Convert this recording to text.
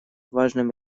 важным